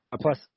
plus